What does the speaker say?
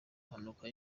mpanuka